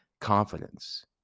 confidence